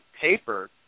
paper